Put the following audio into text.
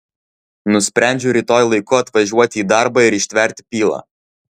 nusprendžiu rytoj laiku atvažiuoti į darbą ir ištverti pylą